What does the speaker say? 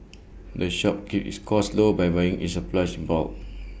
the shop keeps its costs low by buying its supplies in bulk